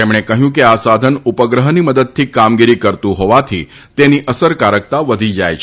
તેમણે કહયુ કે આ સાધન ઉપગ્રહની મદદથી કામગીરી કરતુ હોવાથી તેની અસરકારકતા વધી જાય છે